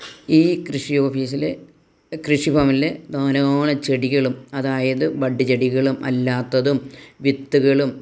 ഈ കൃഷി ഓഫീസിൽ കൃഷി ഭവനിൽ ധാരാളം ചെടികളും അതായത് ബഡ് ചെടികളും അല്ലാത്തതും വിത്തുകളും